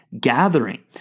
gathering